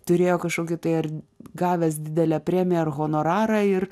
turėjo kažkokį tai ar gavęs didelę premiją ar honorarą ir